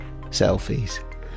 selfies